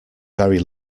very